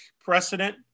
precedent